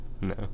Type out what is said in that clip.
No